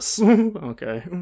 okay